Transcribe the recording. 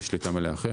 לשליטה מלאה אחרי.